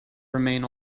remain